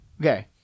Okay